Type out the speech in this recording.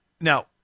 Now